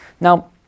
Now